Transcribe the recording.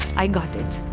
i got it.